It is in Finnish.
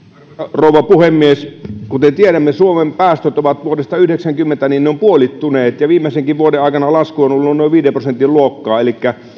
rouva puhemies kuten tiedämme suomen päästöt ovat vuodesta yhdeksänkymmentä puolittuneet ja viimeisenkin vuoden aikana lasku on ollut noin viiden prosentin luokkaa elikkä